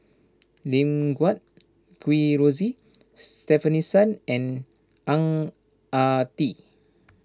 Lim Guat Kheng Rosie Stefanie Sun and Ang Ah Tee